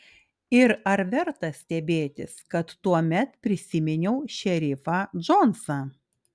ir ar verta stebėtis kad tuomet prisiminiau šerifą džonsą